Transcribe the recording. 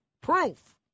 proof